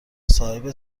صاحب